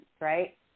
right